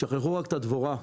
שכחו רק את הדבורה.